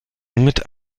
mit